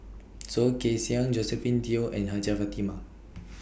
Soh Kay Siang Josephine Teo and Hajjah Fatimah